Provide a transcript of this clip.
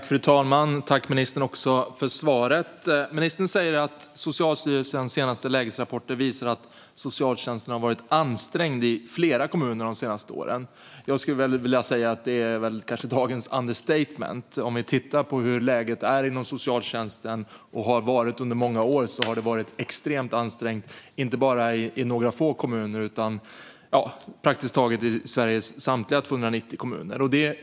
Fru talman! Tack, ministern, för svaret! Ministern säger att Socialstyrelsens senaste lägesrapporter visar att socialtjänsten har varit ansträngd i flera kommuner de senaste åren. Jag skulle vilja säga att det är dagens understatement. Om vi tittar på hur läget är och har varit under många år inom socialtjänsten ser vi att det är extremt ansträngt inte bara i några få kommuner utan praktiskt taget i Sveriges samtliga 290 kommuner.